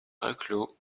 reclos